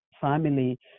family